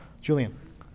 Julian